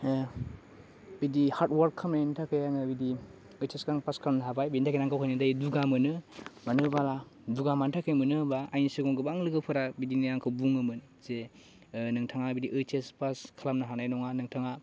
ओह बिदि hard work खालामनायनि थाखाय आङो बिदि ओइचएसखौ आं पास खालामनो हाबाय बिनि थाखायनो आं गावगायनो दायो दुगा मोनो मानोहोबोला दुगा मानि थाखाय मोनो होनबा आंनि सिगां गोबां लोगोफोरा बिदिनो आंखौ बुङोमोन जे ओह नोंथाङा बिदि ओइचएस पास खालामनो हानाय नङा नोंथाङा